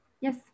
Yes